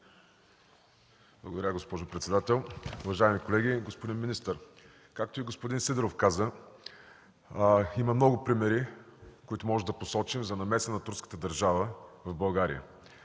Благодаря, госпожо председател. Уважаеми колеги, господин министър! Както каза господин Сидеров, има много примери, които можем да посочим, за намеса на турската държава в България.